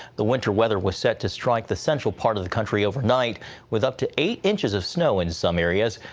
the winter weather was set to strike the central part of the country over night with up to eight inches of snow in some areas,